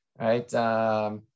right